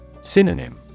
Synonym